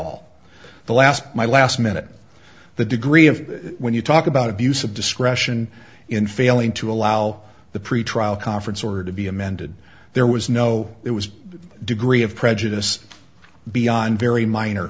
all the last my last minute the degree of when you talk about abuse of discretion in failing to allow the pretrial conference order to be amended there was no it was a degree of prejudice beyond very minor